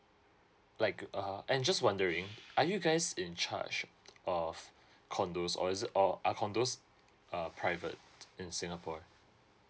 like uh and just wondering are you guys in charge of condos or is it or are condos uh private in singapore